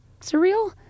surreal